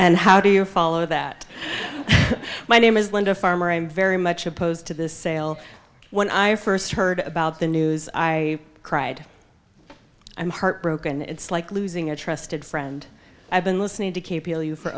and how do you follow that my name is linda farmer i am very much opposed to this sale when i first heard about the news i cried i'm heartbroken it's like losing a trusted friend i've been listening to